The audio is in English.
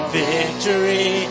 victory